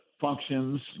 functions